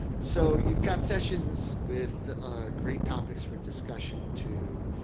so you've got sessions with great topics for discussion to,